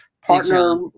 partner